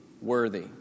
worthy